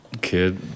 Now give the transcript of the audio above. kid